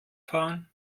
fahren